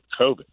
COVID